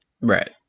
Right